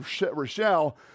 Rochelle